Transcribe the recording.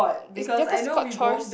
is there cause called chores